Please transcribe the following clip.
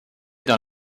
dans